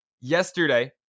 yesterday